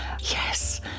Yes